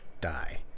die